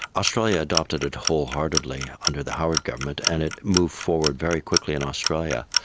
australia adopted it wholeheartedly under the howard government and it moved forward very quickly in australia.